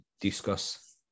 discuss